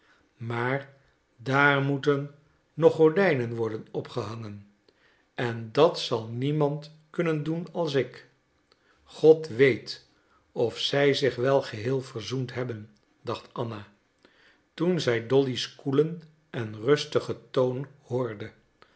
maar daar moeten nog gordijnen worden opgehangen en dat zal niemand kunnen doen als ik god weet of zij zich wel geheel verzoend hebben dacht anna toen zij dolly's koelen en rustigen toon hoorde